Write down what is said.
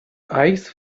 eyes